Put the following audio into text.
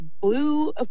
blue